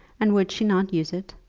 and would she not use it?